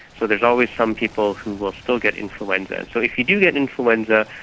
so there's always some people who will still get influenza. so if you do get influenza,